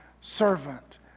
servant